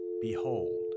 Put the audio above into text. behold